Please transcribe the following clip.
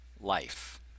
life